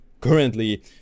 currently